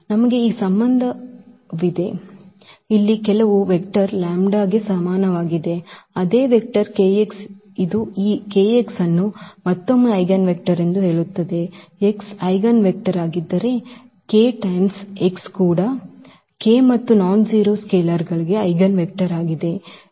ನಮಗೆ ಈ ಸಂಬಂಧವಿದೆ ಇಲ್ಲಿ ಕೆಲವು ವೆಕ್ಟರ್ λ ಗೆ ಸಮನಾಗಿದೆ ಅದೇ ವೆಕ್ಟರ್ kx ಇದು ಈ kx ಅನ್ನು ಮತ್ತೊಮ್ಮೆ ಐಜೆನ್ವೆಕ್ಟರ್ ಎಂದು ಹೇಳುತ್ತದೆ x ಈಜೆನ್ವೆಕ್ಟರ್ ಆಗಿದ್ದರೆ k ಪಟ್ಟು x ಕೂಡ ಈ k ಮತ್ತು ನಾನ್ಜೆರೋ ಸ್ಕೇಲಾರ್ಗಳಿಗೆ ಐಜೆನ್ವೆಕ್ಟರ್ ಆಗಿದೆ